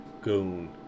goon